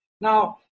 Now